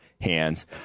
hands